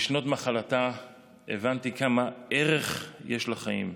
בשנות מחלתה הבנתי כמה ערך יש לחיים,